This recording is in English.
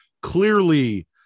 clearly